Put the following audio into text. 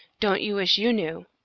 don't you wish you knew?